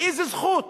באיזו זכות